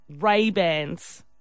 Ray-Bans